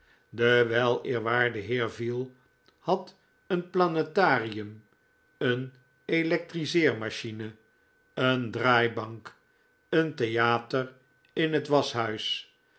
de weleerwaarde heer veal had een planetarium een electriseermachine een draaibank een theater in het waschhuis